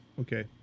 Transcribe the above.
Okay